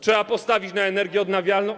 Trzeba postawić na energię odnawialną.